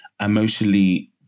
emotionally